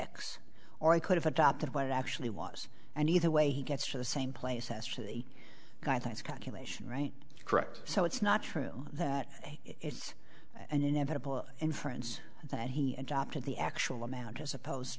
least x or i could have adopted what actually was and either way he gets to the same place as for the guy thinks calculation right correct so it's not true that it's an inevitable inference that he adopted the actual amount as opposed